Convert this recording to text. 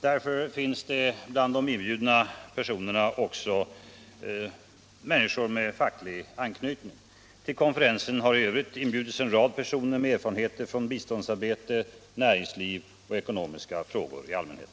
Därför finns det bland de inbjudna också personer med facklig anknytning. Till konferensen har i övrigt inbjudits en rad personer med erfarenheter från biståndsområdet, näringsliv och ekonomiska frågor i allmänhet.